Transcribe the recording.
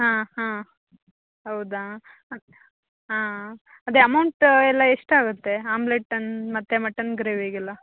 ಹಾಂ ಹಾಂ ಹೌದಾ ಹಾಂ ಅದೇ ಅಮೌಂಟ್ ಎಲ್ಲ ಎಷ್ಟಾಗುತ್ತೆ ಆಮ್ಲೆಟ್ ಅನ್ ಮತ್ತು ಮಟನ್ ಗ್ರೇವಿಗೆಲ್ಲ